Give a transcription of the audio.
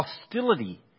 hostility